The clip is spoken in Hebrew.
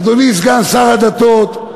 אדוני סגן שר הדתות,